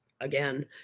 again